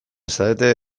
zarete